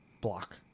block